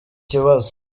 kibazo